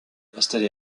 installé